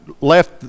left